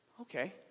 okay